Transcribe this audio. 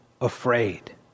afraid